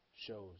shows